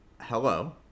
Hello